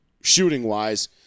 shooting-wise